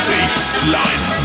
Baseline